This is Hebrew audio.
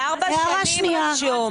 לארבע שנים רשום.